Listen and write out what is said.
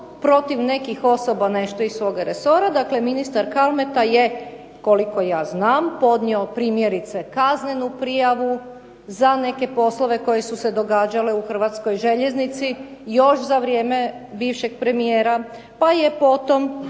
protiv nekih osoba nešto iz svoga resora, dakle ministar Kalmeta je, koliko ja znam, podnio primjerice kaznenu prijavu za neke poslove koji su se događali u Hrvatskoj željeznici, još za vrijeme bivšeg premijera, pa je potom